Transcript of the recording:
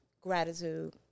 Gratitude